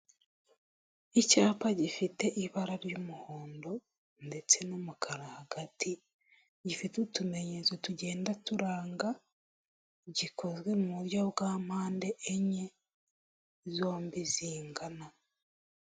Icyapa gifite ibara ry'umuhondo ndetse n'umukara hagati gifite utumenyetso tugenda turanga gikozwe mu buryo bwa mpande enye zombi zingana.